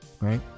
Right